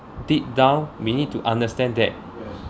deep down we need to understand that